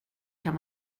kan